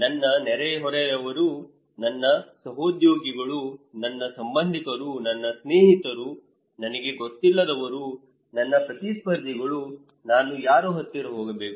ನನ್ನ ನೆರೆಹೊರೆಯವರು ನನ್ನ ಸಹೋದ್ಯೋಗಿಗಳು ನನ್ನ ಸಂಬಂಧಿಕರು ನನ್ನ ಸ್ನೇಹಿತರು ನನಗೆ ಗೊತ್ತಿಲ್ಲದವರು ನನ್ನ ಪ್ರತಿಸ್ಪರ್ಧಿಗಳು ನಾನು ಯಾರ ಹತ್ತಿರ ಹೋಗಬೇಕು